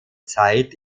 zeit